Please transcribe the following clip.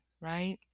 right